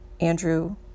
Andrew